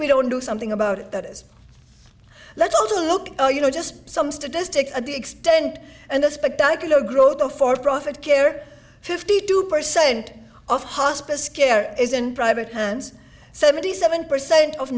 we don't do something about it that is let's also look oh you know just some statistics of the extent and the spectacular growth of for profit care fifty two percent of hospice care isn't private hands seventy seven percent of